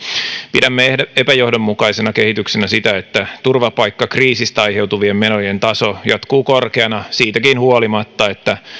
pidämme epäjohdonmukaisena kehityksenä sitä että turvapaikkakriisistä aiheutuvien menojen taso jatkuu korkeana siitäkin huolimatta että